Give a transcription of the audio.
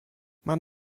mam